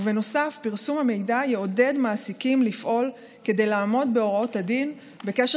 ובנוסף פרסום המידע יעודד מעסיקים לפעול כדי לעמוד בהוראות הדין בקשר